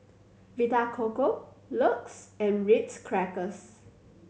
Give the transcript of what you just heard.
Vita Coco LUX and Ritz Crackers